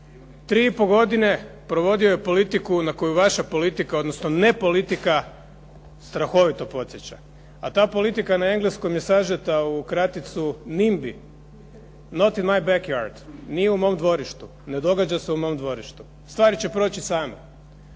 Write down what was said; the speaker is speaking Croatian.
3 i pol godine provodio je politiku na koju vaša politika, odnosno nepolitika strahovito podsjeća. A ta politika na engleskom je sažeta u kraticu nimbi, not in my backyard, nije u mom dvorištu, ne događa se u mom dvorištu, stvari će proći same.